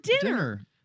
dinner